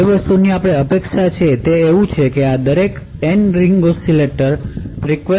જેની અપેક્ષા છે તે એ છે કે આ દરેક N રીંગ ઓસિલેટર આવર્તન ઉત્પન્ન કરશે જે અલગ છે